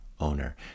owner